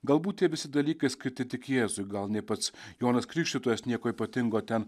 galbūt tie visi dalykai skirti tik jėzui gal nė pats jonas krikštytojas nieko ypatingo ten